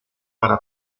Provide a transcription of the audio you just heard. para